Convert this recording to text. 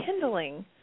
kindling